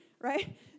right